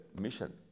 mission